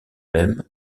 même